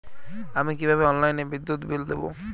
আমি কিভাবে অনলাইনে বিদ্যুৎ বিল দেবো?